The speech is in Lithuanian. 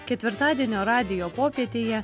ketvirtadienio radijo popietėje